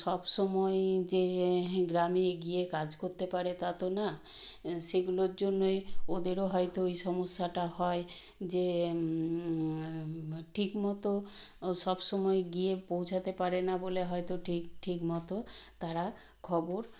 সব সময় যে গ্রামে গিয়ে কাজ করতে পারে তা তো না সেগুলোর জন্যই ওদেরও হয়তো ওই সমস্যাটা হয় যে ঠিকমতো ও সব সময় গিয়ে পৌঁছাতে পারে না বলে হয়তো ঠিক ঠিকমতো তারা খবর